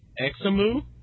Examu